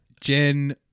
Jen